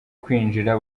kwinjira